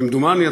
כמדומני,